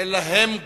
אלא הן גם,